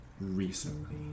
Recently